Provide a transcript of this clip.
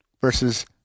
versus